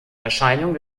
erscheinung